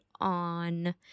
on